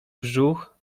brzuch